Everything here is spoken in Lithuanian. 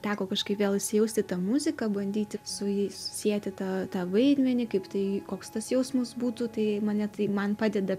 teko kažkaip vėl įsijaust į tą muziką bandyti su ja susieti tą tą vaidmenį kaip tai koks tas jausmas būtų tai mane tai man padeda